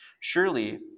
Surely